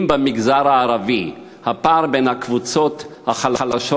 אם במגזר הערבי הפער בין הקבוצות החלשות